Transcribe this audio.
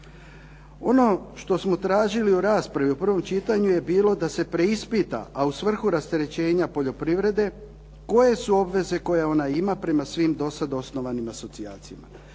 Ono što smo tražili u raspravi o prvom čitanju je bilo da se preispita, a u svrhu rasterećenja poljoprivrede koje su obveze koje ona ima prema svim dosad osnovanim asocijacijama,